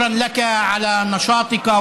תודה לך על פעילותך,